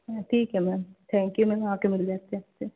हाँ ठीक है मैम थैंक यू मैम आ कर मिल लेते हैं आपसे